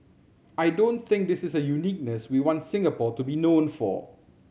I don't think this is a uniqueness we want Singapore to be known for